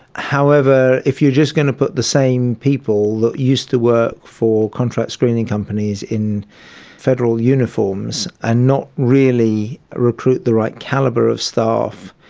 however, if you are just going to put the same people that used to work for contract screening companies in federal uniforms and not really recruit the right calibre of staff,